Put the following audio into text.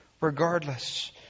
regardless